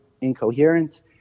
incoherent